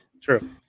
True